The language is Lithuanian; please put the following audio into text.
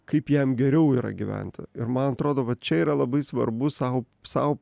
kaip jam geriau yra gyventi ir man atrodo va čia yra labai svarbu sau sau